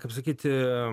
kaip sakyti